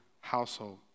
household